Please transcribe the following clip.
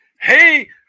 hey